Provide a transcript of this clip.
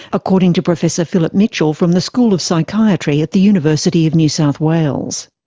according to professor philip mitchell from the school of psychiatry at the university of new south wales.